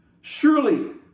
Surely